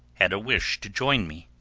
had a wish to join me.